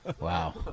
Wow